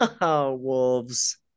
wolves